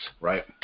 Right